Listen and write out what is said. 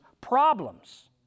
problems